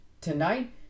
tonight